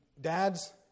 dads